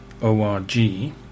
ORG